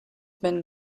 been